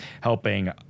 helping